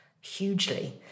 hugely